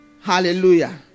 Hallelujah